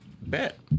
bet